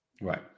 Right